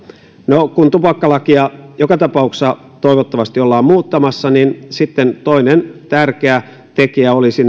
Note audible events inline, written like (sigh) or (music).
no kun tupakkalakia joka tapauksessa toivottavasti ollaan muuttamassa niin sitten toinen tärkeä tekijä olisi (unintelligible)